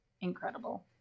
incredible